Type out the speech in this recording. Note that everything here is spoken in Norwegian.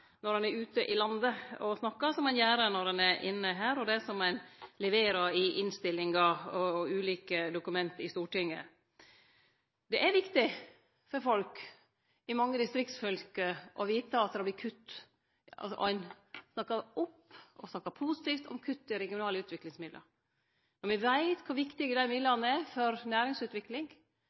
når ein er rundt om i landet, at ein snakkar som ein gjer når ein er her inne, og som det ein leverer i innstillinga og i ulike dokument her i Stortinget. Det er viktig for folk i mange distriktsfylke å vite, når ein snakkar opp og snakkar positivt om kutt i regionale utviklingsmidlar, kor viktig desse midlane er for næringsutvikling.